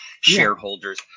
shareholders